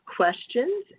questions